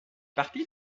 partie